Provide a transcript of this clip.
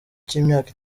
cy’imyaka